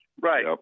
Right